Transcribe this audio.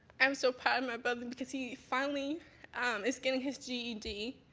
i'm so proud of my brother because he finally is getting his ged.